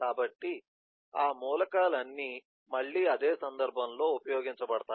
కాబట్టి ఆ మూలకాలన్నీ మళ్లీ అదే సందర్భంలో ఉపయోగించబడతాయి